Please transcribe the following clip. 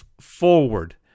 forward